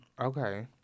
Okay